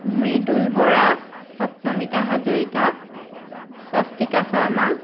Mridul Bora Swapnamita Hazarika Swastika Sharma